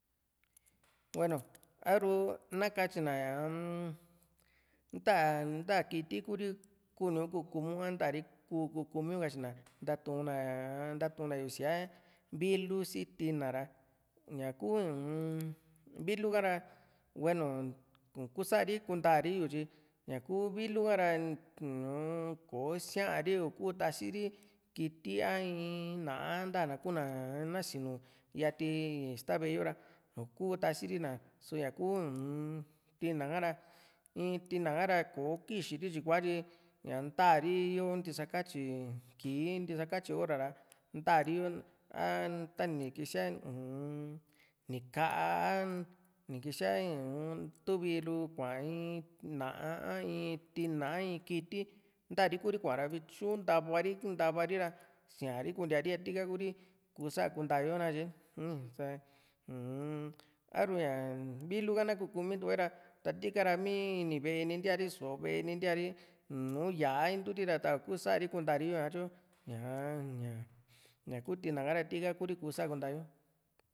hueno a´ru na katyina ñaa nta nta kiti Kuri kuníu ku kumi´u a ntari kuniu ku kumiu na katyina ntatu´na yu síaa vilu si tina ra ñaku uu-n vilu ka ra hueno ukusari kuntari yu tyi ñaku vilu ka ra uu-n ko sía´ri uku tasiri kiti a in náa a nta na na sinu yati ista ve´e yo ra uku tasiri na só ñaku tina ka´ra in tina ka´ra kò´o kixiri tyikua tyi ña ntaari ntisakatyi kii ntisakatyi hora ra ntari yo a tani kísia uu-m ni ka´á a ni kísia tuvilu kua in ná´a a in tina a in kiti ntari Kuri kuara vityu ntava ri ntavari ra síari kuntíari tika kuru kusa kunta yo nakatye ni ii ta a´ru ña vilu ka na ku´kumitukué ra tatika ra mi ini ve´e ni ntiari so´o ve´e ni ntíari nùù yaa inturi taku sa´ri kuntari yo tyo ñaa ñaku tina ka ra tika Kuri ku´sa kunta yo